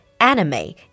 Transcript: anime